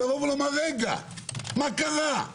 לומר: מה קרה?